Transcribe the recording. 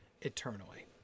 eternally